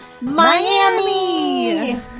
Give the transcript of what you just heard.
Miami